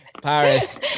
Paris